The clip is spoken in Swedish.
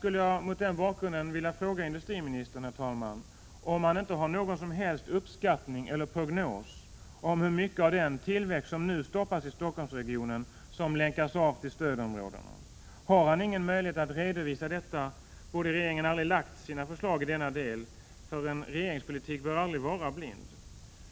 Jag skulle vilja fråga industriministern om han inte har någon som helst uppskattning eller prognos om hur mycket av den tillväxt som nu stoppas i Stockholmsregionen som länkas av till stödområdena. Har industriministern ingen möjlighet att redovisa detta, borde regeringen aldrig ha lagt fram sina förslag i denna del. En regeringspolitik bör aldrig vara blind.